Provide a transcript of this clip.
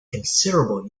considerable